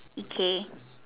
okay